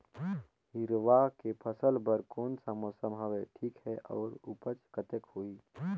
हिरवा के फसल बर कोन सा मौसम हवे ठीक हे अउर ऊपज कतेक होही?